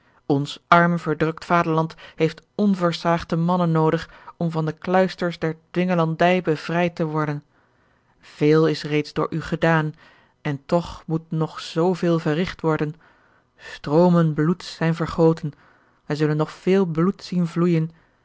ons arm verdrukt vaderland heeft onversaagde mannen noodig om van de kluisters der dwingelandij bevrijd te worden veel is reeds door u gedaan en toch moet nog zoo veel verrigt worden stroomen bloeds zijn vergoten wij zullen nog veel bloed zien vloeijen